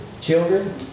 children